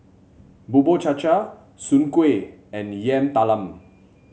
Bubur Cha Cha Soon Kuih and Yam Talam